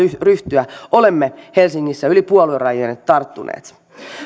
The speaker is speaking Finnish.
ryhtyä olemme helsingissä yli puoluerajojen tarttuneet